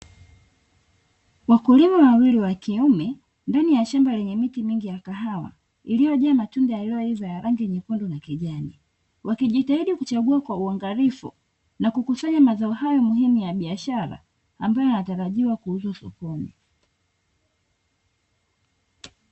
Wakulima wawili wa kiume ndani ya shamba lenye miti mingi ya kahawa, iliyojaa matunda yaliyoiva ya rangi nyekundu na kijani; wakijitahidi kuchagua kwa uangalifu na kukusanya mazao hayo muhimu ya biashara, ambayo yanatarajiwa kuuzwa sokoni.